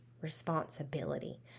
responsibility